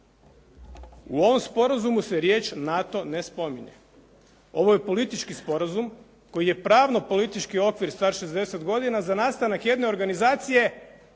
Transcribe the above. U ovom sporazumu se riječ NATO ne spominje. Ovo je politički sporazum koji je pravno politički okvir star 60 godina za nastanak jedne organizacije